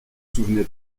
souvenez